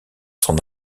s’en